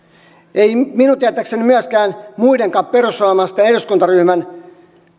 ei minun tietääkseni myöskään muidenkaan perussuomalaisten eduskuntaryhmän